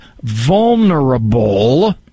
vulnerable